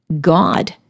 God